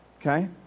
Okay